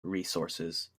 resources